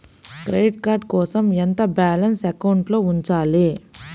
Credit card కోసం ఎంత balance అకౌంట్లో ఉంచాలి?